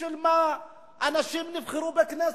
בשביל מה אנשים נבחרו לכנסת?